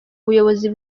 buyobozi